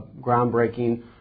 groundbreaking